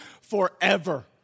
forever